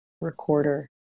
recorder